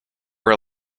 were